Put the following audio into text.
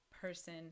person